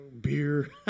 beer